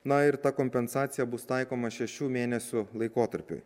na ir ta kompensacija bus taikoma šešių mėnesių laikotarpiui